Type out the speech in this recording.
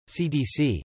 CDC